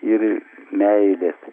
ir meilės